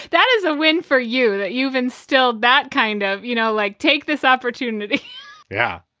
that is a win for you that you've instilled that kind of, you know, like take this opportunity yeah.